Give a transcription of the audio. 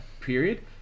period